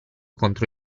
contro